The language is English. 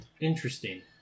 Interesting